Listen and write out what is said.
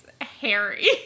Harry